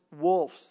wolves